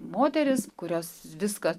moterys kurios viską